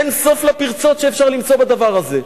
אין סוף לפרצות שאפשר למצוא בדבר הזה.